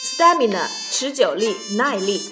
Stamina,持久力,耐力